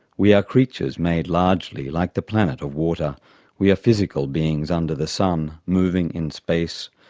we are creatures made largely like the planet of water we are physical beings under the sun, moving in space,